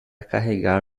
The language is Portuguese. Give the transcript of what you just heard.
carregar